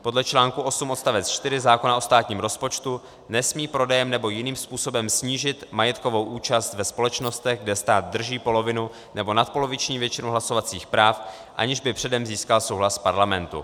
Podle čl. 8 odst. 4 zákona o státním rozpočtu nesmí prodejem nebo jiným způsobem snížit majetkovou účast ve společnostech, kde stát drží polovinu nebo nadpoloviční většinu hlasovacích práv, aniž by předem získal souhlas parlamentu.